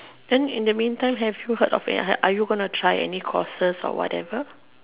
then in the mean time have you heard of a are you going to try any courses or whatever